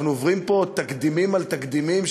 אנחנו עוברים פה תקדימים על תקדימים,